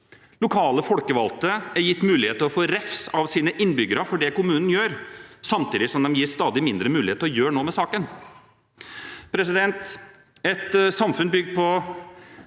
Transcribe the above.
Lokale folkevalgte er gitt mulighet til å få refs av sine innbyggere for det kommunen gjør, samtidig som de gis stadig mindre mulighet til å gjøre noe med saken.